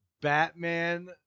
Batman